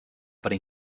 pre